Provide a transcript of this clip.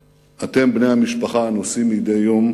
אתם, בני המשפחה, נושאים מדי יום